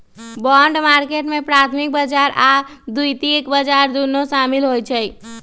bond market में प्राथमिक बजार आऽ द्वितीयक बजार दुन्नो सामिल होइ छइ